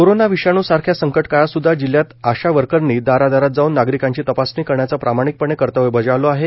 corona विषाणू सारख्या संकट काळात सुध्दा जिल्ह्यात आशा वर्करनी दारारदारात जाऊन नागरिकांची तपासणी करण्याचं प्रामाणिकपणे कर्तव्य बजावले आहेत